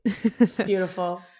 Beautiful